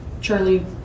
Charlie